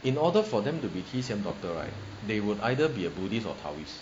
in order for them to be T_C_M doctor right they would either be a buddhist or taoist